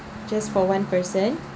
just for one person